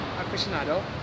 aficionado